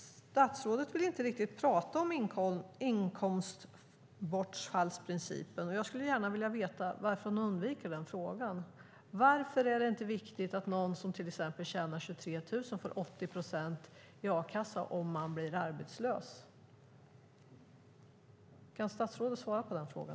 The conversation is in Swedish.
Statsrådet vill inte riktigt prata om inkomstbortfallsprincipen, och jag skulle gärna vilja veta varför hon undviker den frågan. Varför är det inte viktigt att någon som tjänar till exempel 23 000 kronor får 80 procent i a-kassa vid arbetslöshet? Kan statsrådet svara på den frågan?